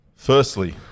Firstly